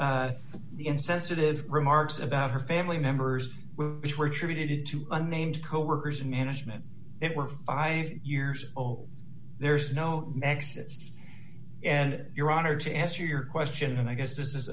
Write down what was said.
the insensitive remarks about her family members which were attributed to unnamed coworkers in management it were five years old there's no maxes and your honor to answer your question and i guess this is